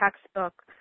textbook